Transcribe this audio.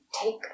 take